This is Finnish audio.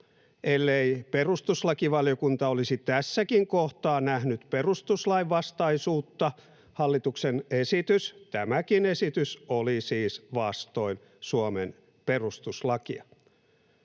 ellei perustuslakivaliokunta olisi tässäkin kohtaa nähnyt perustuslainvastaisuutta. Hallituksen esitys, tämäkin esitys, oli siis vastoin Suomen perustuslakia.